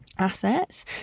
Assets